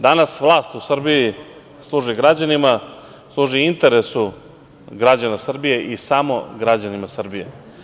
Danas vlast u Srbiji služi građanima, služi interesu građana Srbije i samo građanima Srbije.